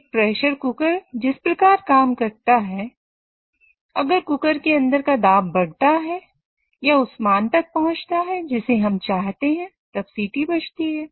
एक pressure cooker जिस प्रकार काम करता है अगर कुकर के अंदर का दाब बढ़ता है या उस मान तक पहुंचता है जिसे हम चाहते हैं तब सीटी बजती है